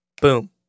Boom